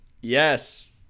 Yes